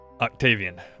Octavian